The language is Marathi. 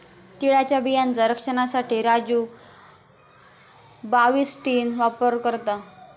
तिळाच्या बियांचा रक्षनासाठी राजू बाविस्टीन वापर करता